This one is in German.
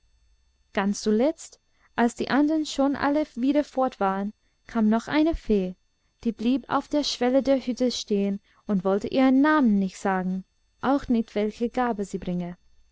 ganz zuletzt als die andern schon alle wieder fort waren kam noch eine fee die blieb auf der schwelle der hütte stehn und wollte ihren namen nicht sagen auch nicht welche gabe sie bringe